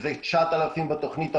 שזה 9,000 בתוכנית הותמ"לית,